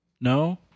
No